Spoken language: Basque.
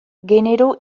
genero